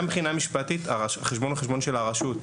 גם מבחינה משפטית החשבון הוא חשבון הרשות,